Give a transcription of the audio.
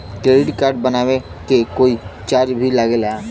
Credit card बनवावे के कोई चार्ज भी लागेला?